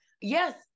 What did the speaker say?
Yes